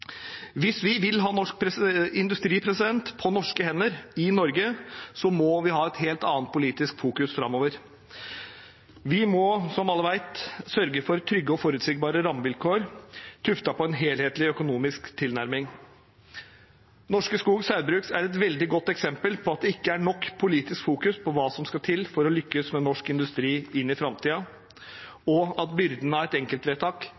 Hvis vi vil ha norsk industri på norske hender – i Norge – må vi ha et helt annet politisk fokus framover. Vi må, som alle vet, sørge for trygge og forutsigbare rammevilkår, tuftet på en helhetlig økonomisk tilnærming. Norske Skog Saugbrugs er et veldig godt eksempel på at det ikke er nok politisk fokus på hva som skal til for å lykkes med norsk industri i framtiden, og at byrden av et enkeltvedtak